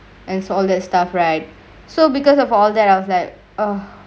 and all that stuff right so because of all that I was like